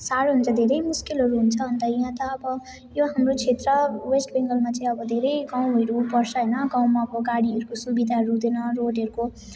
साह्रो हुन्छ धेरै मुस्किलहरू हुन्छ अन्त यहाँ त अब यो हाम्रो क्षेत्र वेस्ट बङ्गालमा चाहिँ अब धेरै गाउँहरू पर्छ होइन गाउँमा अब गाडीहरूको सुविधाहरू हुँदैन रोडहरूको